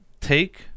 take